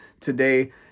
today